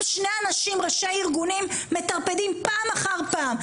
שני ראשי ארגונים מטרפדים פעם אחר פעם.